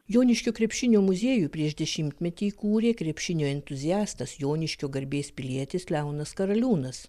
joniškio krepšinio muziejų prieš dešimtmetį įkūrė krepšinio entuziastas joniškio garbės pilietis leonas karaliūnas